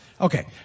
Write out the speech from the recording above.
Okay